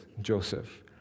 Joseph